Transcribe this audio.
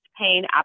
pain